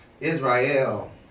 Israel